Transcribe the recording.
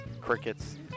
crickets